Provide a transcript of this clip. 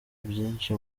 byinshi